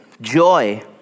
Joy